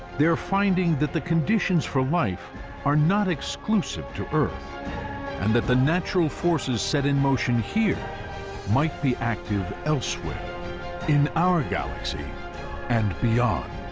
they are finding that the conditions for life are not exclusive to earth and that the natural forces set in motion here might be active elsewhere in our galaxy and beyond.